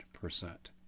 percent